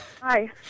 Hi